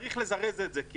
צריך לזרז את זה.